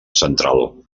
central